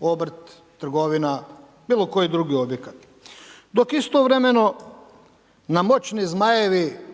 obrt, trgovina, bilo koji drugi objekat, dok istovremeno nam moćni zmajevi